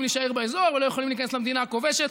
להישאר באזור ולא יכולים להיכנס למדינה הכובשת.